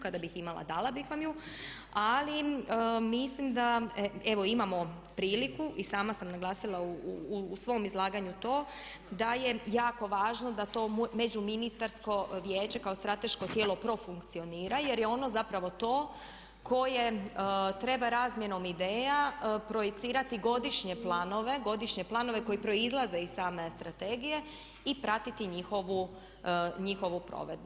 Kada bih imala dala bih vam ju, ali mislim da evo imamo priliku i sama sam naglasila u svom izlaganju to da je jako važno da to Međuministarsko vijeće kao strateško tijelo profunkcionira jer je ono zapravo to koje treba razmjenom ideja projicirati godišnje planove, godišnje planove koji proizlaze iz same strategije i pratiti njihovu provedbu.